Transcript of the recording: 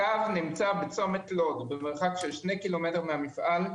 הקו נמצא בצומת לוד במרחק של שני קילומטר מהמפעל.